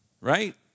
right